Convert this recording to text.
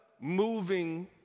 moving